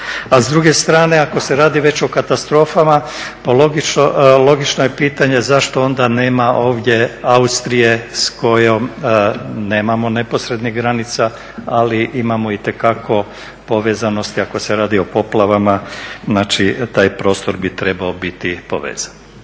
a s druge strane ako se radi već o katastrofama logično je pitanje zašto onda nema ovdje Austrije s kojom nemamo neposrednih granica, ali imamo itekako povezanosti ako se radi o poplavama. Znači taj prostor bi trebao biti povezan.